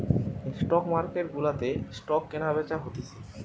stock market গুলাতে stock কেনা বেচা হতিছে